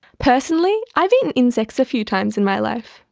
personally, i've eating insects a few times in my life.